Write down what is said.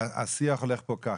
השיח הולך פה ככה